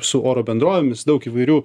su oro bendrovėmis daug įvairių